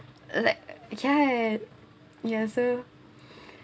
like ya ya so